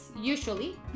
usually